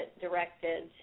directed